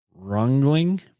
Rungling